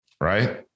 right